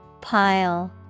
Pile